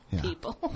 people